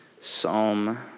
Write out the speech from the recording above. Psalm